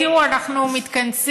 תראו, אנחנו מתכנסים